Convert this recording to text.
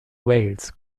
wales